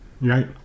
right